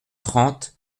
trente